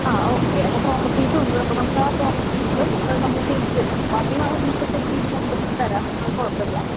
okay അപ്പോൾ properties കൊണ്ടുവാ നമുക്ക് ആ പ്രോപ്പർട്ടീസിലും നമ്മള് ചെയ്തു തരും അപ്പോൾ അത് സെറ്റ് ചെയ്ത് കൊണ്ടുവന്നു തരാം അത് കുഴപ്പമില്ല